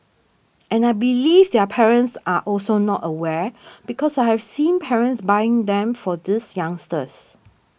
and I believe their parents are also not aware because I have seen parents buying them for these youngsters